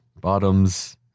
bottoms